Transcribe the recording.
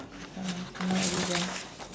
ah I cannot already sia